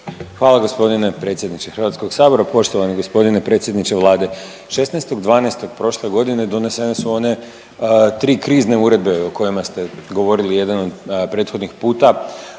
Hvala g. predsjedniče HS-a, poštovani g. predsjedniče Vlade. 16.12. prošle godine donesene u one 3 krizne uredbe o kojima ste govorili jedan od prethodnih puta,